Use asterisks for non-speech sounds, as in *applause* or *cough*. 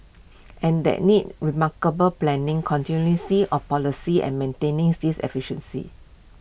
and that needs remarkable planning *unintelligible* of policy and maintaining this efficiency